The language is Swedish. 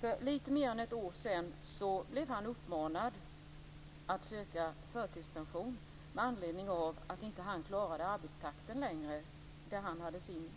För lite mer än ett år sedan blev han uppmanad att söka förtidspension med anledning av att han inte längre klarade arbetstakten där han hade sin